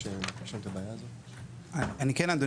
יש עוד